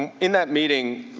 in that meeting,